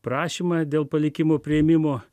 prašymą dėl palikimo priėmimo